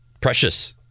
Precious